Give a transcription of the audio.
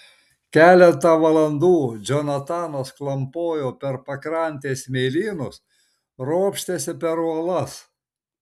keletą valandų džonatanas klampojo per pakrantės smėlynus ropštėsi per uolas